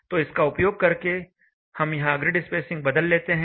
तो इसका उपयोग करके हम यहां ग्रिड स्पेसिंग बदल लेते हैं